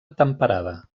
temperada